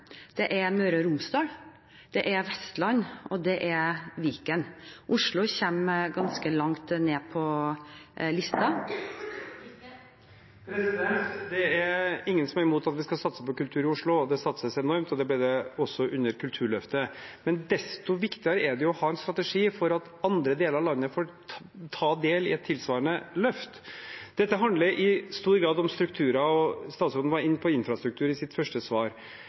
det er Møre og Romsdal, det er Vestland, og det er Viken. Oslo kommer ganske langt ned på listen. Det er ingen som er imot at vi skal satse på kultur i Oslo. Det satses enormt, og det gjorde det også under Kulturløftet. Men desto viktigere er det å ha en strategi for at andre deler av landet får ta del i et tilsvarende løft. Dette handler i stor grad om strukturer, og statsråden var inne på infrastruktur i sitt første svar.